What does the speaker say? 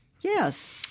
yes